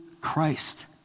Christ